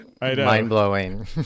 mind-blowing